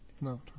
no